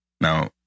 Now